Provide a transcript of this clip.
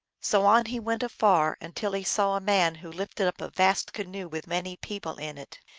so on he went afar until he saw a man who lifted up a vast canoe with many people in it.